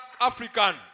African